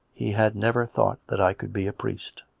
he had never thought that i could be a priest.